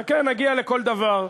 חכה, נגיע לכל דבר.